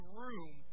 room